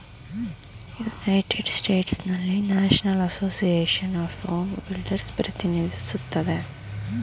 united ಸ್ಟೇಟ್ಸ್ನಲ್ಲಿ national association of home builders ಪ್ರತಿನಿಧಿಸುತ್ತದೆ